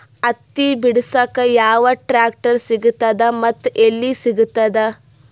ಹತ್ತಿ ಬಿಡಸಕ್ ಯಾವ ಟ್ರಾಕ್ಟರ್ ಸಿಗತದ ಮತ್ತು ಎಲ್ಲಿ ಸಿಗತದ?